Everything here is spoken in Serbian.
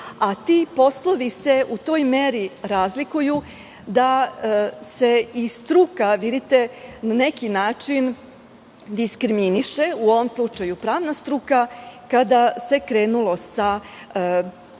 a ti poslovi se u toj meri razlikuju da se i struka na neki način diskriminiše, u ovom slučaju pravna struka kada se krenulo sa